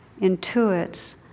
intuits